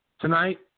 Tonight